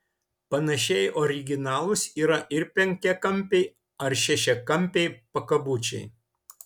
panašiai originalūs yra ir penkiakampiai ar šešiakampiai pakabučiai